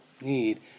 need